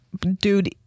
dude